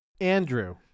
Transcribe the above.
Andrew